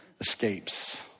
escapes